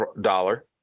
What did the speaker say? dollar